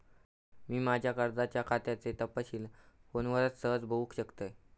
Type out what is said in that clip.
मी माज्या कर्जाच्या खात्याचे तपशील फोनवरना सहज बगुक शकतय